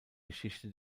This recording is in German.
geschichte